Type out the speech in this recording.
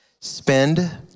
Spend